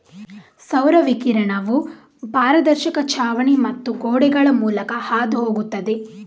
ಸೌರ ವಿಕಿರಣವು ಪಾರದರ್ಶಕ ಛಾವಣಿ ಮತ್ತು ಗೋಡೆಗಳ ಮೂಲಕ ಹಾದು ಹೋಗುತ್ತದೆ